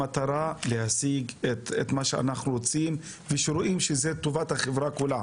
המטרה היא להשיג את מה שאנחנו רוצים ושרואים שהוא טובת החברה כולה.